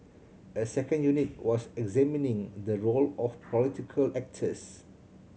a second unit was examining the role of political actors